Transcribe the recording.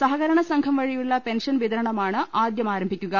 സഹകരണ സംഘം വഴിയുളള പെൻഷൻ വിതരണമാണ് ആദ്യം ആരംഭിക്കുക